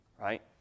right